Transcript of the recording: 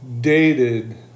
dated